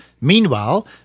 Meanwhile